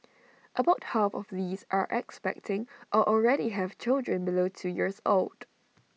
about half of these are expecting or already have children below two years old